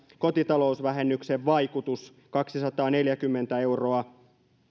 kotitalousvähennyksen vaikutus kaksisataaneljäkymmentä euroa